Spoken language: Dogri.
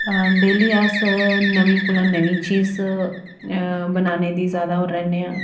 आ डेली अस नमीं कोला नमीं चीज बनाने दी ज्यादा ओह् रौह्ने आं